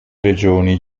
regioni